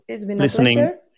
listening